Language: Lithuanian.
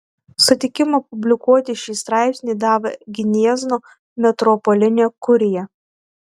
sutikimą publikuoti šį straipsnį davė gniezno metropolinė kurija